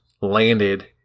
landed